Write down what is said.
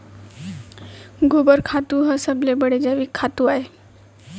गोबर खातू ह सबले बड़े जैविक खातू अय